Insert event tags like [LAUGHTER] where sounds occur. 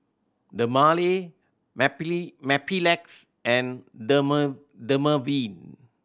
Dermale [UNINTELLIGIBLE] Mepilex and [UNINTELLIGIBLE] Dermaveen